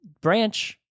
branch